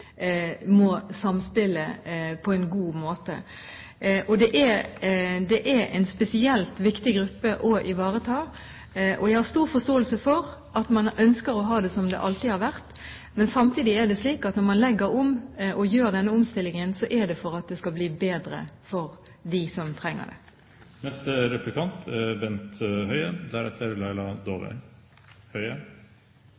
må samspille på en god måte. Det er en spesielt viktig gruppe å ivareta. Jeg har stor forståelse for at man ønsker å ha det som det alltid har vært, men samtidig er det slik at når man gjør denne omstillingen, er det for at det skal bli bedre for dem som trenger det. Jeg regner med at statsråden er